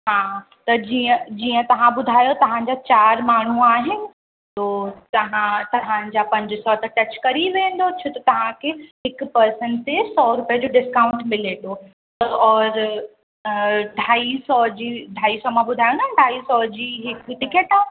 हा त जीअं जीअं तव्हां ॿुधायो तव्हांजा चारि माण्हू आहिनि थो तव्हां तव्हांजा पंज सौ त टच थी वेंदो छो नो तव्हांखे हिक पर्सन ते सौ रुपए जो डिस्काउंट मिले थो त और ढाई सौ जी ढाई सौ मां ॿुधाया न ढाई सौ जी हिक टिकट आहे